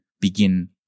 begin